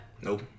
Nope